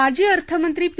माजी अर्थमंत्री पी